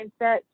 mindset